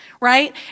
right